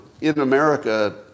in-America